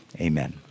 amen